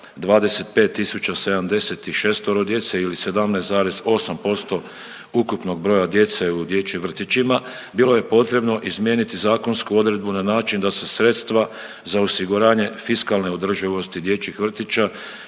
25,076 djece ili 17,8% ukupnog broja djece u dječjim vrtićima. Bilo je potrebno izmijeniti zakonsku odredbu na način da se sredstva za osiguranje fiskalne održivosti dječjih vrtića